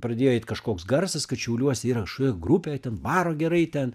pradėjo eit kažkoks garsas kad šiauliuose yra kažkokia grupė ten varo gerai ten